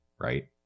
Right